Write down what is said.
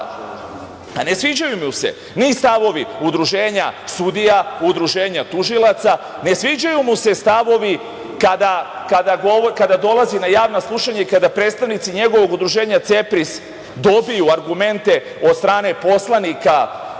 Ne sviđaju mu se ni stavovi Udruženja sudija, Udruženja tužilaca, ne sviđaju mu se stavovi kada dolazi na javna slušanja i kada predstavnici njegovog udruženja CEPRIS dobiju argumente od strane poslanika u